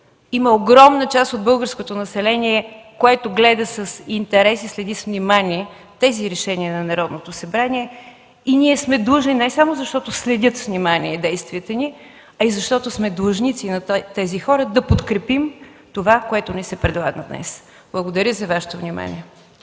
има огромна част от българското население, което гледа с интерес и следи с внимание тези решения на Народното събрание. И ние сме длъжни не само защото следят с внимание действията ни, а и защото сме длъжници на тези хора, да подкрепим това, което ни се предлага днес. Благодаря. (Ръкопляскания.)